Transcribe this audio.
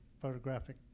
photographic